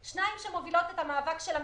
שתיים שמובילות את המאבק של המתמחים,